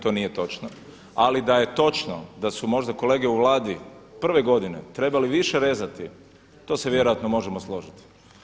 To nije točno, ali da je točno da su možda kolege u Vladi prve godine trebali više rezati to se vjerojatno možemo složiti.